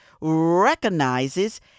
recognizes